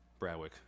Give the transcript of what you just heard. Bradwick